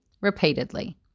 repeatedly